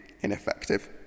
ineffective